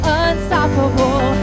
unstoppable